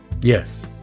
Yes